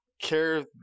care